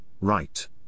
right